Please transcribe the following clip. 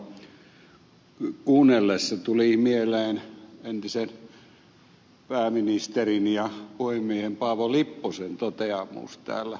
virolaisen puheenvuoroa kuunnellessa tuli mieleen entisen pääministerin ja puhemiehen paavo lipposen toteamus täällä eräässä debatissa